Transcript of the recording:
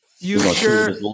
Future